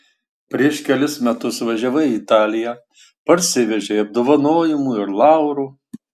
prieš kelis metus važiavai į italiją parsivežei apdovanojimų ir laurų